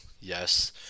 yes